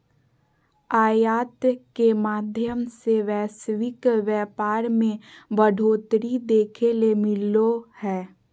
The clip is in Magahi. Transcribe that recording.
आयात के माध्यम से वैश्विक व्यापार मे बढ़ोतरी देखे ले मिलो हय